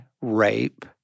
rape